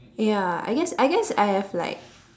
ya I guess I guess I have like